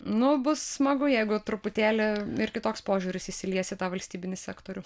nu bus smagu jeigu truputėlį ir kitoks požiūris įsilies į tą valstybinį sektorių